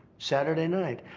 saturday night.